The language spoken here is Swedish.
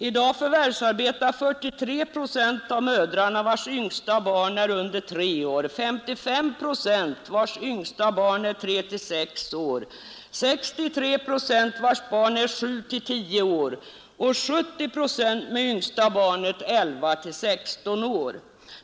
I dag förvärvsarbetar 43 procent av mödrar vilkas yngsta barn är under 3 år och 55 procent av mödrar vilkas yngsta barn är 3—6 år, 63 procent av mödrar vilkas barn är 7—10 år och 70 procent av mödrar vilkas yngsta barn är 11—16 år.